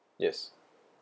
yes